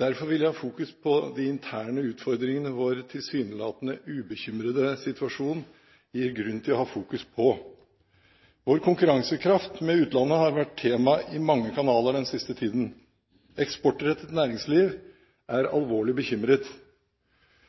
Derfor vil jeg ha fokus på de interne utfordringene vår tilsynelatende ubekymrede situasjon gir grunn til å ha fokus på. Vår konkurransekraft med utlandet har vært tema i mange kanaler den siste tiden. Eksportrettet næringsliv er alvorlig bekymret.